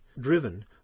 driven